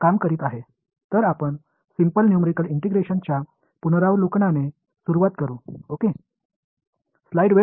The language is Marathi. तर आपण सिंपल न्यूमेरिकल इंटिग्रेशन च्या पुनरावलोकनाने सुरूवात करू ओके